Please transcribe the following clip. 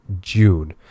June